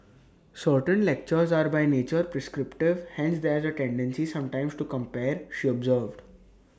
certain lectures are by nature prescriptive hence there's A tendency sometimes to compare she observed